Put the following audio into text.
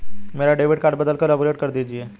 मेरा debit card बदलकर upgrade कर दीजिए